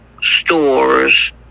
stores